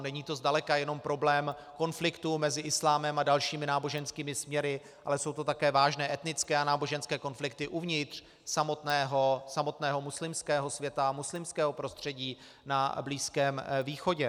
Není to zdaleka jenom problém konfliktu mezi islámem a dalšími náboženskými směry, ale jsou to také vážné etnické a náboženské konflikty uvnitř samotného muslimského světa, muslimského prostředí na Blízkém východě.